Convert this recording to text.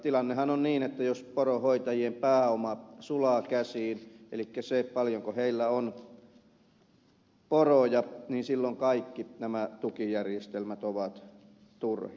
tilannehan on niin että jos poronhoitajien pääoma sulaa käsiin elikkä se paljonko heillä on poroja niin silloin kaikki nämä tukijärjestelmät ovat turhia